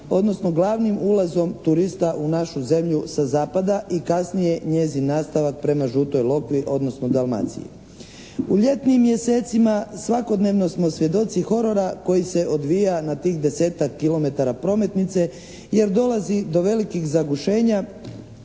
odnosno glavnim ulazom turista u našu zemlju sa zapada i kasnije njezin nastavak prema Žutoj Lokvi odnosno Dalmaciji. U ljetnim mjesecima svakodnevno smo svjedoci horora koji se odvija na tih desetak kilometara prometnice jer dolazi do velikih zagušenja